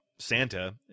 Santa